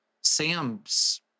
sam's